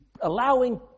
allowing